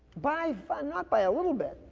by far, not by a little bit.